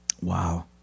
Wow